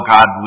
God